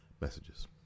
messages